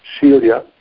Celia